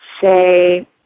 say